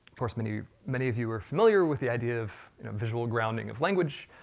course many many of you are familiar with the idea of visual grounding of language.